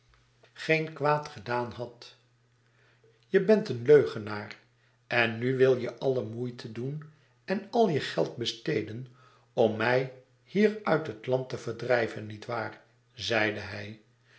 geen kwaad gedaan hadt je bent eenleugenaar ennuwiljeallemoeite doen en al je geld besteden ora mij hier uit het land te verdrijven niet waar zeide hij